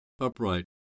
upright